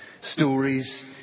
stories